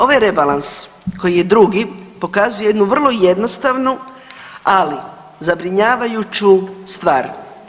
Ovaj rebalans koji je drugi pokazuje jednu vrlo jednostavnu, ali zabrinjavajuću stvar.